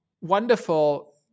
wonderful